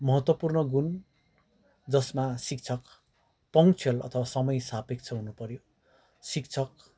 महत्त्वपूर्ण गुण जसमा शिक्षक पङ्चुअल अथवा समय सापेक्ष हुनुपऱ्यो शिक्षक